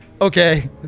okay